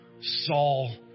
Saul